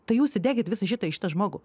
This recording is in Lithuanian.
tai jūs įdėkit visą šitą į šitą žmogų